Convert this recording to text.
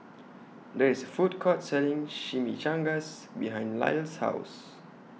There IS A Food Court Selling Chimichangas behind Lyle's House